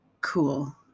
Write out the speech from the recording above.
cool